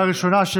לקריאה ראשונה,